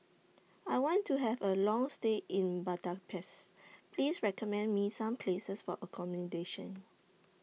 I want to Have A Long stay in Budapest Please recommend Me Some Places For accommodation